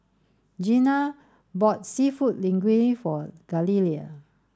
Jeanna bought Seafood Linguine for Galilea